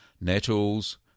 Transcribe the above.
nettles